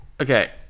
Okay